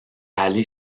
aller